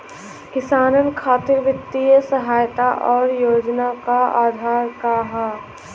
किसानन खातिर वित्तीय सहायता और योजना क आधार का ह?